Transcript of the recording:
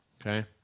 okay